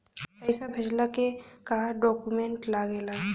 पैसा भेजला के का डॉक्यूमेंट लागेला?